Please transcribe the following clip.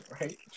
right